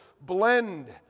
blend